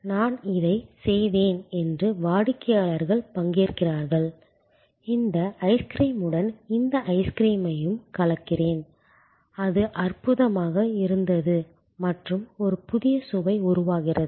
நான் இதைச் செய்தேன் என்று வாடிக்கையாளர்கள் பங்கேற்கிறார்கள் இந்த ஐஸ்கிரீமுடன் இந்த ஐஸ்கிரீமையும் கலக்கிறேன் அது அற்புதமாக இருந்தது மற்றும் ஒரு புதிய சுவை உருவாகிறது